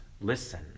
listen